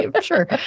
Sure